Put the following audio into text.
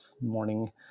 morning